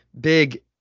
big